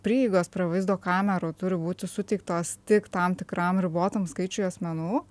prieigos prie vaizdo kamerų turi būti suteiktos tik tam tikram ribotam skaičiui asmenų